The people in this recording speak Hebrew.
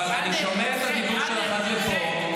אבל אני שומע את הדיבור שלך עד לפה.